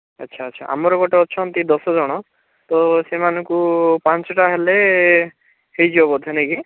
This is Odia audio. ଆଚ୍ଛା ଆଚ୍ଛା ଆମର ଗୋଟେ ଅଛନ୍ତି ଦଶ ଜଣ ତ ସେମାନଙ୍କୁ ପାଞ୍ଚଟା ହେଲେ ହେଇଯିବ ବୋଧେ ନାହିଁ କି